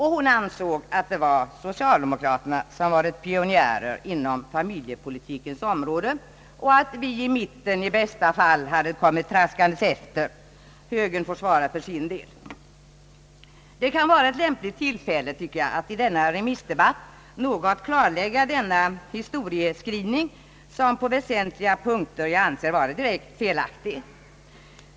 Hon ansåg att socialdemokraterna varit pionjärer inom familjepolitikens område, och att vi i mitten i bästa fall hade kommit traskande efter — högern får svara för sin del. Men detta kan vara ett lämpligt tillfälle att något klarlägga en historieskrivning, som på väsentliga punkter förefaller mig felaktig.